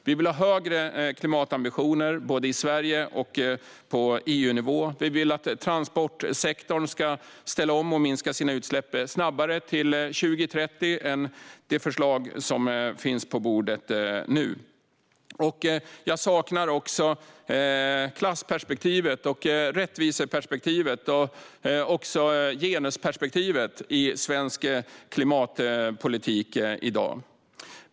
Vi vill ha högre klimatambitioner både i Sverige och på EU-nivå. Vi vill att transportsektorn ska ställa om och minska sina utsläpp snabbare till 2030 än med det förslag som nu finns på bordet. Jag saknar klassperspektivet, rättviseperspektivet och också genusperspektivet i svensk klimatpolitik i dag.